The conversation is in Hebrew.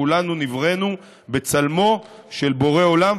כולנו נבראנו בצלמו של בורא עולם,